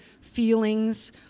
feelings